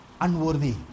unworthy